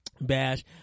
bash